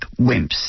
wimps